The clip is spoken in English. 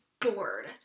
bored